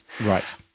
Right